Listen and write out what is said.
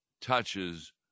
touches